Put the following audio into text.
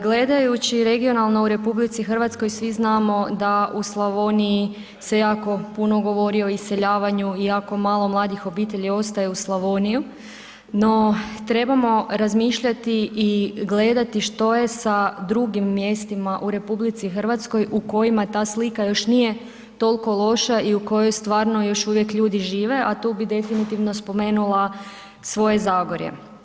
Gledajući regionalno u RH svi znamo da u Slavoniji se jako puno govori o iseljavanju i jako malo mladih obitelji ostaje u Slavoniji, no trebamo razmišljati i gledati što je sa drugim mjestima u RH u kojima ta slika još nije toliko loša i u kojoj stvarno još uvijek ljudi žive, a tu bi definitivno spomenula svoje Zagorje.